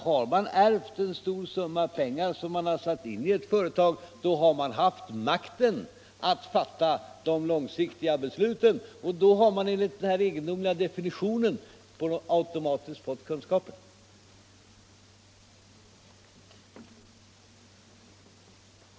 Har man ärvt en stor summa pengar som man satt in i ett företag, har man haft makten att fatta de långsiktiga besluten, och då har man genom denna egendomliga definition automatiskt också fått kunskaperna.